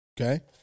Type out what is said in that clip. okay